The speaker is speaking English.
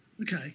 Okay